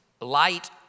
light